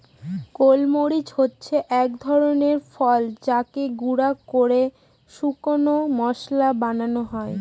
গোল মরিচ হচ্ছে এক ধরনের ফল যাকে গুঁড়া করে শুকনো মশলা বানানো হয়